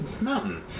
mountain